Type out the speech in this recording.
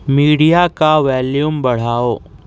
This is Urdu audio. میڈیا کا ویلیوم بڑھاؤ